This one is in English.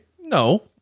No